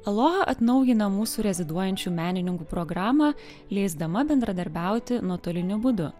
aloha atnaujina mūsų reziduojančių menininkų programą leisdama bendradarbiauti nuotoliniu būdu